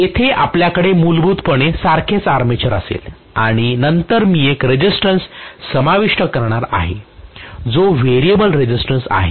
येथे आपल्याकडे मूलभूतपणे सारखेच आर्मेचर असेल आणि नंतर मी एक रेसिस्टन्स समाविष्ट करणार आहे जो व्हेरिएबल रेझिस्टन्स आहे